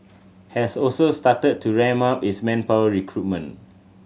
has also started to ramp up its manpower recruitment